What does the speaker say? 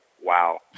wow